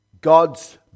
God's